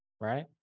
Right